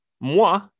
moi